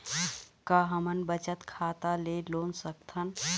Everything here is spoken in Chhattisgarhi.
का हमन बचत खाता ले लोन सकथन?